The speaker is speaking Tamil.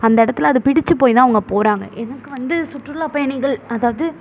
அந்த இடத்துல அதை பிடிச்சு போய்தான் அவங்க போகிறாங்க எனக்கு வந்து சுற்றுலா பயணிகள் அதாவது